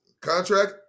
contract